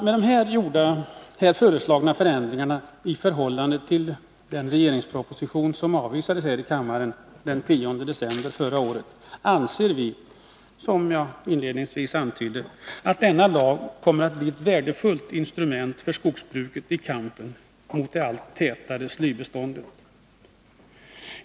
Med de här föreslagna förändringarna i förhållande till den regeringsproposition som avvisades här i kammaren den 10 december förra året anser vi, som jag inledningsvis antydde, att denna lag kommer att bli ett värdefullt instrument för skogsbruket i kampen mot det allt tätare slybeståndet.